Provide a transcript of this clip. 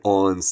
on